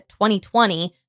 2020